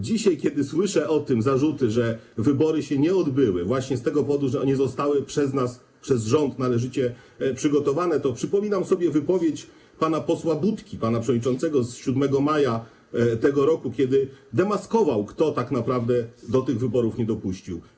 Dzisiaj, kiedy słyszę zarzuty, że wybory nie odbyły się właśnie z tego powodu, że nie zostały przez nas, przez rząd należycie przygotowane, to przypominam sobie wypowiedź pana posła Budki, pana przewodniczącego, z 7 maja tego roku, kiedy demaskował, kto tak naprawdę do wyborów nie dopuścił.